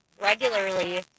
regularly